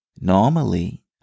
normally